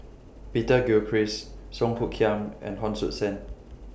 Peter Gilchrist Song Hoot Kiam and Hon Sui Sen